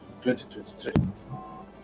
2023